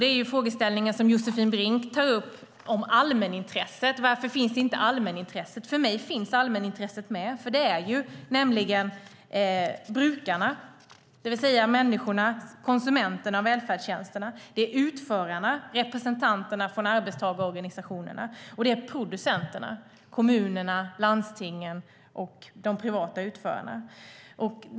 Den frågeställning som Josefin Brink tar upp om allmänintresset är intressant. Hon undrar: Varför finns inte allmänintresset med? För mig finns det med. Det är nämligen brukarna, det vill säga människorna och konsumenterna av välfärdstjänsterna. Det är utförarna, det vill säga representanterna från arbetstagarorganisationerna. Och det är producenterna, det vill säga kommunerna, landstingen och de privata utförarna.